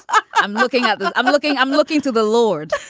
um i'm looking at them. i'm looking. i'm looking to the lord